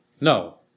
No